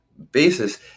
basis